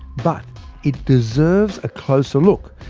but it deserves a closer look,